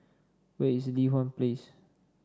where is Li Hwan Place